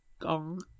gong